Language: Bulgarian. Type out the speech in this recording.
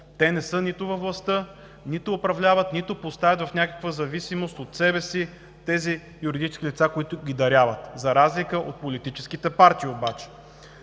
Те не са нито във властта, нито управляват, нито поставят в някаква зависимост от себе си тези юридически лица, които ги даряват, за разлика обаче от политическите партии.